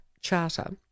charter